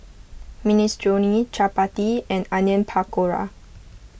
Minestrone Chapati and Onion Pakora